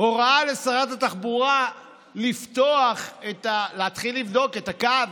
הורה לשרת התחבורה להתחיל לבדוק את הקו